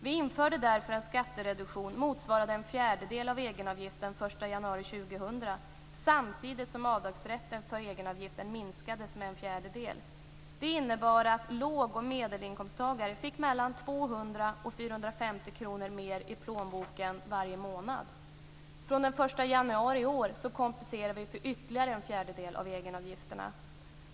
Vi införde därför en skattereduktion motsvarande en fjärdedel av egenavgiften den 1 januari 2000 samtidigt som avdragsrätten för egenavgiften minskades med en fjärdedel. Det innebar att låg och medelinkomsttagare fick 200-450 kr mer i plånboken varje månad. Från den 1 januari i år kompenserar vi för ytterligare en fjärdedel av egenavgifterna.